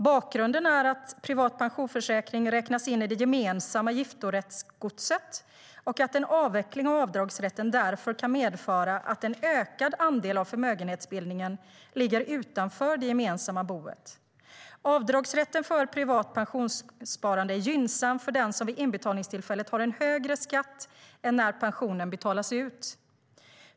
Bakgrunden är att privat pensionsförsäkring räknas in i det gemensamma giftorättsgodset och att en avveckling av avdragsrätten därför kan medföra att en ökad andel av förmögenhetsbildningen ligger utanför det gemensamma boet. Avdragsrätten för privat pensionssparande är gynnsam för den som vid inbetalningstillfället har en högre skatt än när pensionen betalas ut.